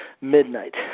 midnight